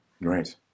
Right